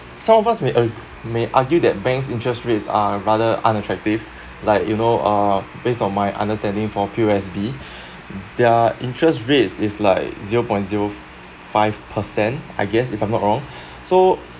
some of us may uh may argue that bank's interest rates are rather unattractive like you know uh based on my understanding for P_O_S_B their interest rates is like zero point zero five percent I guess if I'm not wrong so